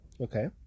okay